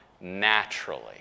naturally